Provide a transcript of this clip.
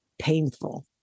painful